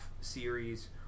series